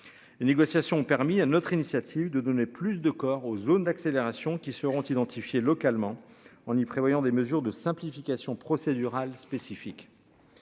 Les négociations ont permis à notre initiative, de donner plus de corps aux zones d'accélération qui seront identifiés localement. On y prévoyant des mesures de simplification procédurale spécifique.